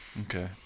Okay